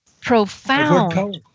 profound